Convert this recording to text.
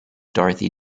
dorothy